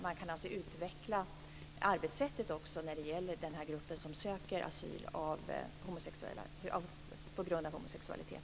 Man kan alltså utveckla arbetssättet också när det gäller den här gruppen, som söker asyl på grund av homosexualitet.